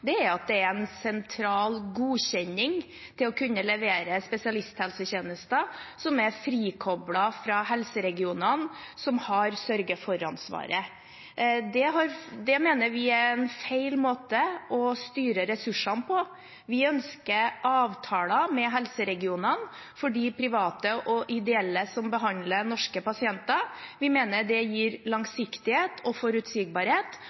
er at det er en sentral godkjenning til å kunne levere spesialisthelsetjenester som er frikoblet fra helseregionene, som har sørge-for-ansvaret. Det mener vi er feil måte å styre ressursene på. Vi ønsker avtaler med helseregionene for de private og ideelle som behandler norske pasienter. Vi mener det gir langsiktighet og forutsigbarhet